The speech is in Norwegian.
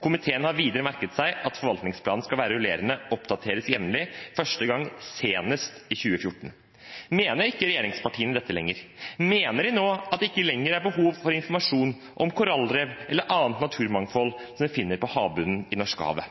Komiteen har videre merket seg at forvaltningsplanen skal være rullerende og oppdateres jevnlig, første gang senest i 2014.» Mener ikke regjeringspartiene dette lenger? Mener de nå at det ikke lenger er behov for informasjon om korallrev eller annet naturmangfold en finner på havbunnen i Norskehavet?